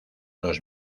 los